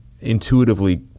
intuitively